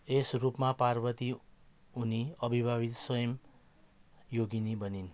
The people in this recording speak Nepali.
यस रूपमा पार्वती उनी अविवाहित स्वयं योगिनी बनिन्